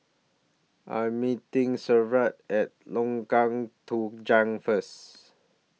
I Am meeting Severt At Lengkong Tujuh First